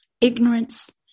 ignorance